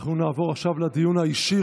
אנחנו נעבור עכשיו לדיון האישי.